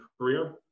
career